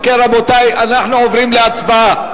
אם כן, רבותי, אנחנו עוברים להצבעה.